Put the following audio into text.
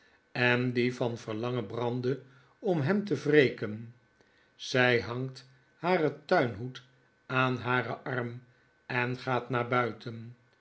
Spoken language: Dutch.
en die van verlangen brandde om hem te wreken zij hangt haren tuinhoed aan haren arm en gaat naar buiten